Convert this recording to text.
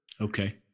Okay